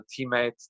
teammate